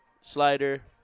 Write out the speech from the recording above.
slider